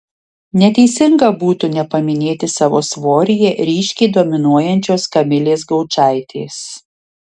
neteisinga būtų nepaminėti savo svoryje ryškiai dominuojančios kamilės gaučaitės